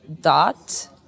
dot